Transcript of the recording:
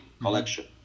collection